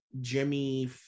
Jimmy